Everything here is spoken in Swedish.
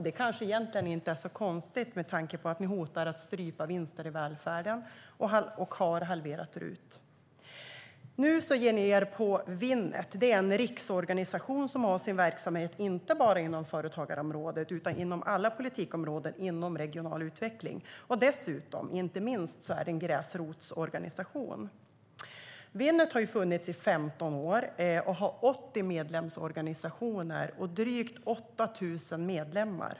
Det kanske egentligen inte är så konstigt med tanke på att ni hotar att strypa vinster i välfärden och har halverat RUT-avdraget. Nu ger ni er på Winnet. Det är en riksorganisation som har sin verksamhet inte bara inom företagarområdet utan inom alla politikområden inom regional utveckling. Dessutom är det inte minst en gräsrotsorganisation. Winnet har funnits i 15 år, har 80 medlemsorganisationer och drygt 8 000 medlemmar.